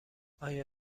آیا